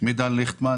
שמי דן ליכטמן.